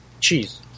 cheese